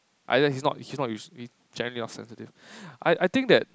either he's not he's not usually jealous or sensitive I I think that